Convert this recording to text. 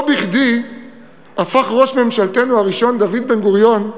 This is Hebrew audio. לא בכדי הפך ראש ממשלתנו הראשון, דוד בן-גוריון,